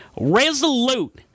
Resolute